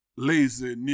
Lazy